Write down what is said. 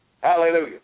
Hallelujah